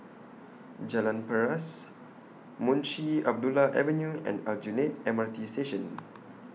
Jalan Paras Munshi Abdullah Avenue and Aljunied M R T Station